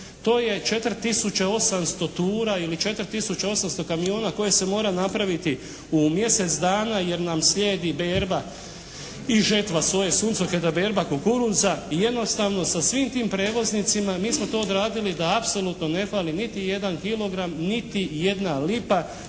tisuće 800 tura ili 4 tisuća 800 kamiona koje se mora napraviti u mjesec dana, jer nam slijedi berba i žetva soje, suncokreta, berba kukuruza. I jednostavno sa svim tim prevoznicima mi smo to odradili da apsolutno ne fali niti jedan kilogram, niti jedna lipa.